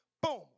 boom